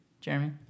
Jeremy